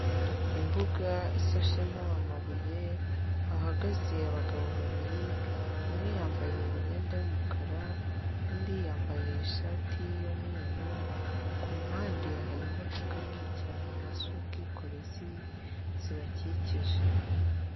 Imbuga isashemo amabuye hahagaze abagabo babiri umwe yambaye imyenda y'umukara undi yambaye ishati y'umweru, Kumpande hari imodoka nini cyane z'ubwikorezi zibakikije.